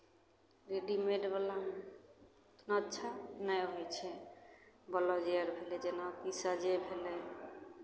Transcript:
रेडीमेडवलामे इतना अच्छा नहि होइ छै बलाउजे अर भेलै जेना कि साजे भेलै